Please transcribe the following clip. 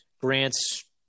grants